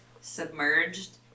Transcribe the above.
Submerged